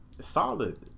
Solid